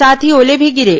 साथ ही ओले भी गिरे